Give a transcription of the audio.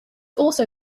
also